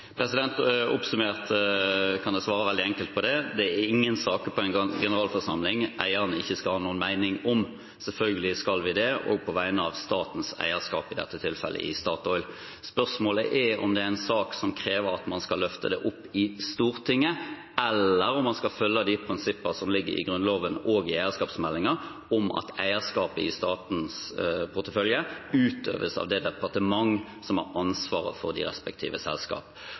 Oppsummert kan jeg svare veldig enkelt på det: Det er ingen saker på en generalforsamling som eierne ikke skal ha noen mening om. Selvfølgelig skal vi ha det – i dette tilfellet på vegne av statens eierskap i Statoil. Spørsmålet er om dette er en sak som krever at man skal løfte det opp i Stortinget, eller om man skal følge de prinsipper som ligger i Grunnloven og i eierskapsmeldingen, om at eierskapet i statens portefølje skal utøves av det departementet som har ansvaret for de respektive